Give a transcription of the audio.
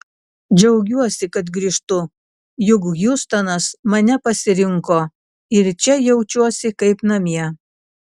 džiaugiuosi kad grįžtu juk hjustonas mane pasirinko ir čia jaučiuosi kaip namie